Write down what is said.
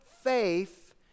faith